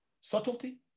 Subtlety